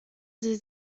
sie